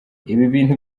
ibintu